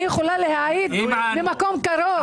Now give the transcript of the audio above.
אני יכולה להעיד ממקום קרוב.